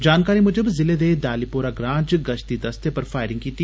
जानकारी मुजब जिले दे दालीपोरा ग्रां च गश्ती दस्ते पर फाइरिंग कीती